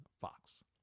Fox